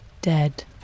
dead